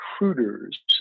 recruiters